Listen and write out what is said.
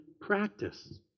practice